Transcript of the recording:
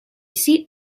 seat